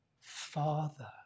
Father